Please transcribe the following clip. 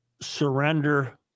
surrender